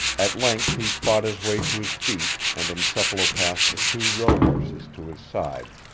at length he fought his way to his feet and encephalopathed the two rohorses to his side.